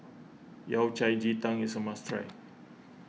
Yao Cai Ji Tang is a must try